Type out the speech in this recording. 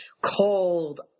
Cold